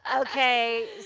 okay